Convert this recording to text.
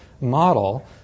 model